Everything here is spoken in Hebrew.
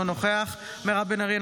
אינו נוכח מירב בן ארי,